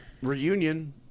reunion